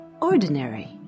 ordinary